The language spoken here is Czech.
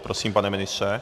Prosím, pane ministře.